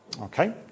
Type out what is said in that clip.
Okay